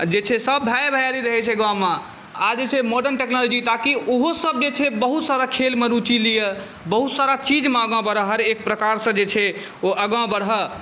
जे छै सभ भाए भैआरी रहैत छै गाममे आब जे छै मॉडर्न टेक्नोलॉजी ताकि ओहोसभ जे छै बहुत सारा खेलमे रूचि लिअए बहुत सारा चीजमे आँगा बढ़य हर एक प्रकारसँ जे छै ओ आँगा बढ़य